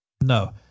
No